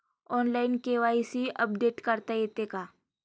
Online KYC update करता येते का?